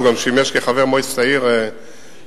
הוא גם שימש כחבר מועצת העיר ירושלים,